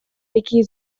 який